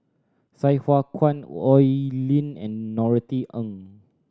Sai Hua Kuan Oi Lin and Norothy Ng